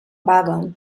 wagon